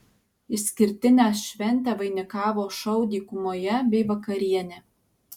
išskirtinę šventę vainikavo šou dykumoje bei vakarienė